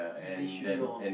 they should know